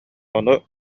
ону